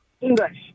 English